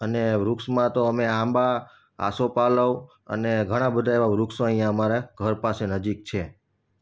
અને વૃક્ષમાં તો અમે આંબા આસોપાલવ અને ઘણાં બધા એવાં વૃક્ષો અહીંયા અમારાં ઘર પાસે નજીક છે